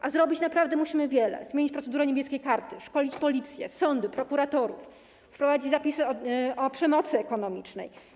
A zrobić naprawdę musimy wiele: zmienić procedurę „Niebieskiej karty”, szkolić policję, sądy, prokuratorów, wprowadzić zapisy o przemocy ekonomicznej.